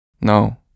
No